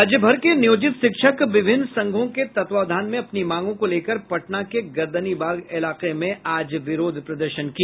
राज्य भर के नियोजित शिक्षक विभिन्न संघों के तत्वावधान में अपनी मांगों को लेकर पटना के गर्दनीबाग इलाके में विरोध प्रदर्शन किया